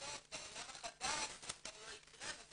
וטוב בעולם החדש זה כבר לא יקרה וזה